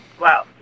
Wow